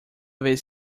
vez